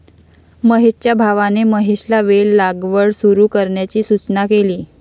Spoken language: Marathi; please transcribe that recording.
महेशच्या भावाने महेशला वेल लागवड सुरू करण्याची सूचना केली